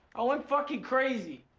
i went fucking crazy.